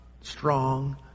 strong